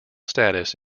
status